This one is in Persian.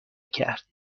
کرد